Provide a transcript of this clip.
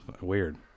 weird